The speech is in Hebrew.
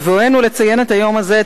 בבואנו לציין את היום הזה,